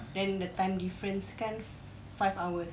then the time difference kan five hours